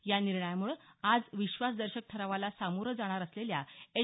या निर्णयामुळे आज विश्वासदर्शक ठरावाला सामोरं जाणार असलेल्या एच